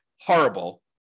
horrible